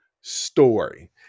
story